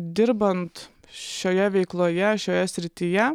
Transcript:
dirbant šioje veikloje šioje srityje